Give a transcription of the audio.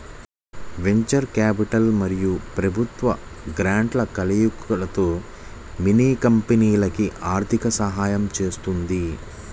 venture capital మరియు ప్రభుత్వ గ్రాంట్ల కలయికతో మిన్నీ కంపెనీకి ఆర్థిక సహాయం చేసింది